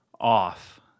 off